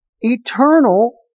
eternal